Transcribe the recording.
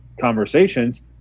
conversations